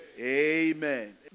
Amen